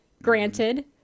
Granted